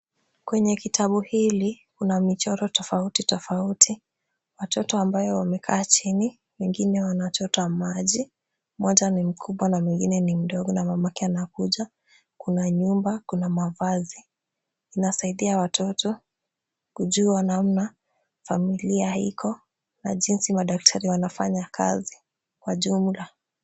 Kwenye kitabu hili kuna michoro tofauti tofauti. Watoto ambayo wamekaa chini wengine wanachota maji, moja ni mkubwa na mwingine ni mdogo na mamake anakuja. Kuna nyumba kuna mavazi. Inasaidia watoto kujua namna familia iko na jinsi madaktari wanafanya kazi kwa jumla.